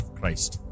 Christ